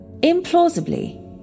Implausibly